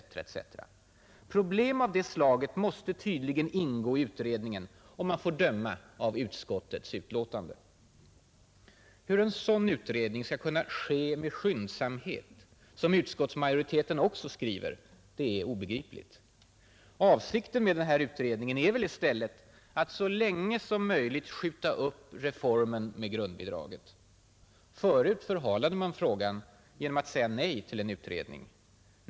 etc. Problem av det slaget måste tydligen ingå i utredningen om man får döma av utskottets utlåtande. Hur en sådan utredning skall kunna ”ske med skyndsamhet”, som utskottsmajoriteten också skriver, är obegripligt. Avsikten med den här utredningen är väl i stället att så länge som möjligt skjuta upp reformen med grundbidraget. Förut förhalade man frågan genom att säga nej till en utredning.